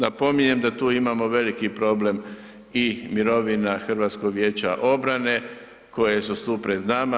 Napominjem da tu imamo veliki problem i mirovina Hrvatskog vijeća obrane koje su tu pred nama.